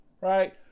right